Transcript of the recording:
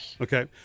Okay